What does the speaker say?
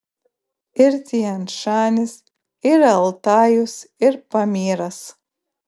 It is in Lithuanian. ir tian šanis ir altajus ir pamyras